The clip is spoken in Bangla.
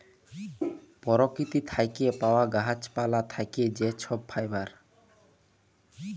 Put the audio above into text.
পরকিতি থ্যাকে পাউয়া গাহাচ পালা থ্যাকে যে ছব ফাইবার